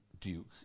duke